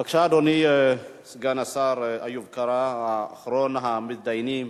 בבקשה, אדוני, סגן השר איוב קרא, אחרון המתדיינים.